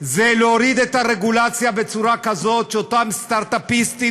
זה להוריד את הרגולציה בצורה כזאת שאותם סטרט-אפיסטים